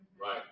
Right